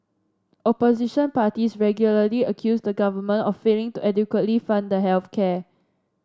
opposition parties regularly accuse the government of failing to adequately fund the health care